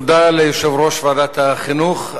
תודה ליושב-ראש ועדת החינוך.